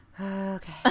okay